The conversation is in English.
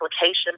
application